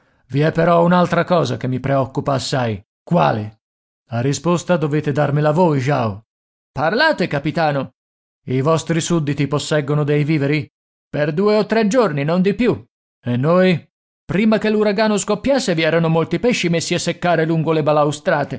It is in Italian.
i è però un'altra cosa che mi preoccupa assai quale la risposta dovete darmela voi jao parlate capitano i vostri sudditi posseggono dei viveri per due o tre giorni non di più e noi prima che l'uragano scoppiasse vi erano molti pesci messi a seccare lungo le balaustrate